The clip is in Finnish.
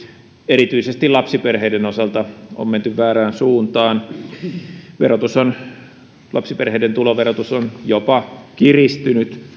erityisesti lapsiperheiden osalta on menty väärään suuntaan lapsiperheiden tuloverotus on jopa kiristynyt